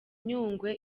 nyungwe